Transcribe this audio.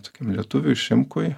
tokiam lietuviui šimkui